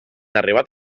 arribat